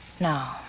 No